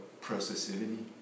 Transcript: processivity